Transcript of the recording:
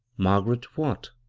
margaret what?